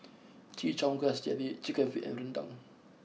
Chin Chow Grass Jelly Chicken Feet and Rendang